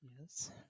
Yes